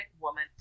woman